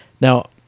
Now